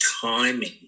timing